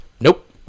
nope